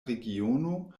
regiono